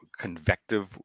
convective